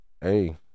hey